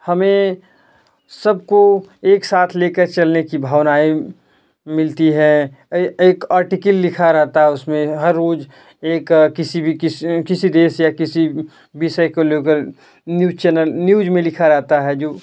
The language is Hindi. हमें सबको एक साथ लेकर चलने की भावनाएँ मिलती है एक आर्टिकल लिखा रहता है उसमें हर रोज़ एक किसी भी किस किसी भी देश या किसी विषय को लेकर न्यूज चैनल न्यूज में लिखा रहता है जो